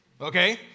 Okay